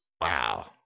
Wow